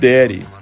Daddy